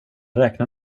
räknar